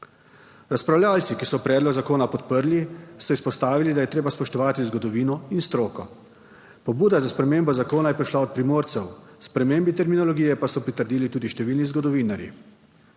Razpravljavci, ki so predlog zakona podprli so izpostavili, da je treba spoštovati zgodovino in stroko. Pobuda za spremembo zakona je prišla od Primorcev, spremembi terminologije pa so pritrdili tudi številni zgodovinarji.